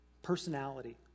personality